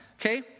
Okay